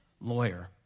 lawyer